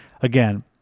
Again